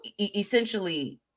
essentially